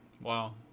Wow